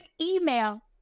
email